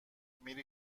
میری